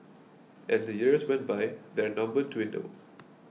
as the years went by their number dwindled